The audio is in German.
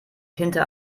hinter